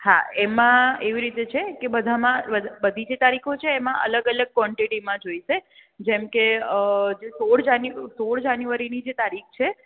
હા એમા એવી જ છે કે બધામાં બધી જે તારીખો છે એમા અલગ અલગ કોનટેટીમાં જોઈસે જેમકે જે સોળ જાન્યુ સોળ જાન્યુવારી ની જે તારીખ છે